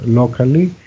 locally